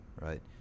right